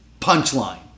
punchline